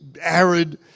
arid